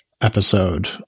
episode